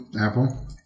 Apple